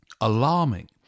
alarming